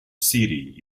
city